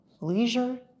leisure